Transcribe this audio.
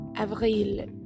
Avril